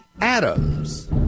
Adams